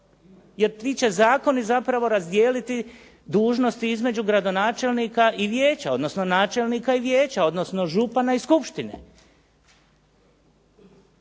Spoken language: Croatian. jer ti će zakoni zapravo razdijeliti dužnosti između gradonačelnika i vijeća odnosno načelnika i vijeća odnosno župana i skupštine